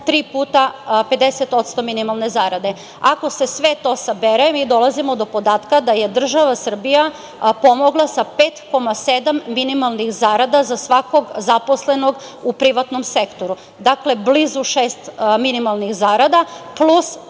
puta 50% minimalne zarade. Ako se sve to sabere mi dolazimo do podatka da je država Srbija pomogla sa 5,7% minimalnih zarada za svakog zaposlenog u privatnom sektoru, dakle blizu šest minimalnih zarada, plus